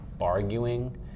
arguing